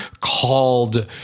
called